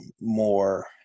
more